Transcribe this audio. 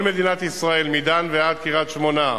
שכל מדינת ישראל, מדן ועד קריית-שמונה,